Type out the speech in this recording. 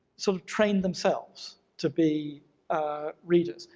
so train themselves to be readers.